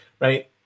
right